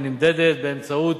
הנמדדת באמצעות